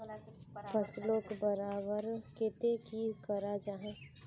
फसलोक बढ़वार केते की करा जाहा?